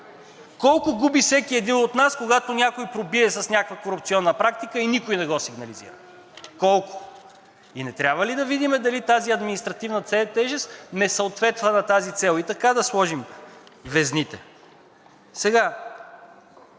Колко губи всеки един от нас, когато някой пробие с някаква корупционна практика и никой не го сигнализира? Колко?! И не трябва ли да видим дали тази административна тежест не съответства на тази цел и така да сложим везните?! Сега.